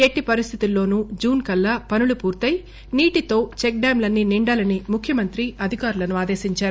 ఎట్టి పరిస్టితుల్లోనూ జూన్ కల్లా పనులు పూర్తె నీటితో చెక్డ్నాంలన్నీ నిండాలని ముఖ్యమంత్రి అధికారులను ఆదేశించారు